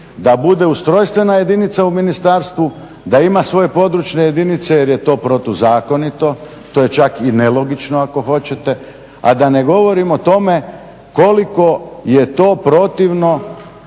da bude ustrojstvena jedinica u ministarstvu, da ima svoje područne jedinice jer je to protuzakonito. To je čak i nelogično ako hoćete a da ne govorim o tome koliko je to protivno